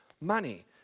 money